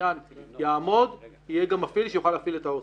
שהבניין יעמוד יהיה גם מפעיל שיוכל להפעיל את ההוסטל.